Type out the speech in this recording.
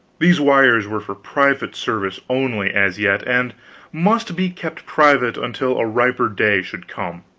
these wires were for private service only, as yet, and must be kept private until a riper day should come.